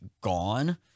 gone